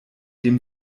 dem